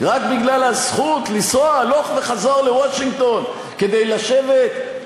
רק בגלל הזכות לנסוע הלוך וחזור לוושינגטון כדי לשבת,